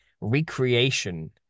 recreation